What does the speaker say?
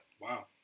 Wow